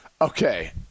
okay